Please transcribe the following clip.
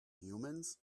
humans